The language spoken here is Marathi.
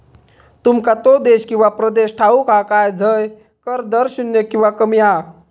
तुमका तो देश किंवा प्रदेश ठाऊक हा काय झय कर दर शून्य किंवा कमी हा?